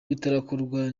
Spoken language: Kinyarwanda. bitarakorwa